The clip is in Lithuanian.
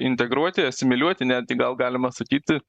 integruoti asimiliuoti net gi gal galima sakyti